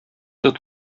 тот